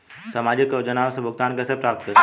सामाजिक योजनाओं से भुगतान कैसे प्राप्त करें?